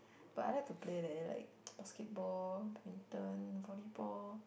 but I like to play leh like basketball badminton volley ball